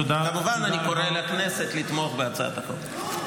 כמובן, אני קורא לכנסת לתמוך בהצעת החוק.